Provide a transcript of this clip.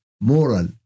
moral